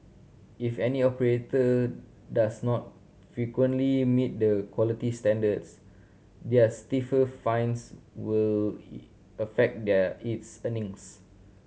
if any operator does not frequently meet the quality standards their stiffer fines will affect their its earnings